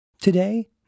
Today